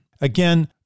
Again